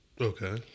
okay